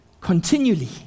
continually